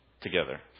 together